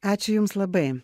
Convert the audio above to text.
ačiū jums labai